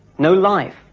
no life,